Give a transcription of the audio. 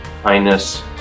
kindness